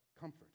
comfort